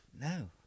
no